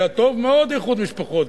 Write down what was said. היה טוב מאוד איחוד משפחות,